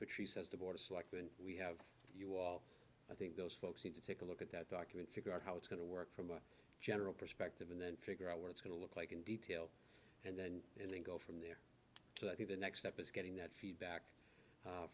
which he says the board of selectmen we have you all i think those folks need to take a look at that document figure out how it's going to work from a general perspective and then figure out where it's going to look like in detail and then and then go from there so i think the next step is getting that feedback